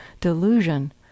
delusion